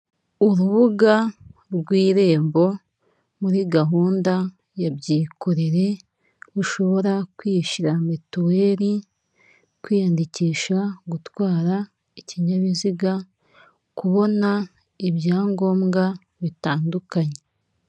Urubuga rw'irembo muri gahunda ya byikorere ushobora kwishyura mituweri, kwiyandikisha gutwara ikinyabiziga, kubona ibyangombwa bitandukanye.